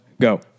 go